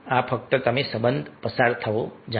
તેથી આ ફક્ત તમે સંબંધ પસાર થવો જાણો છો